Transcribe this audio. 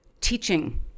teaching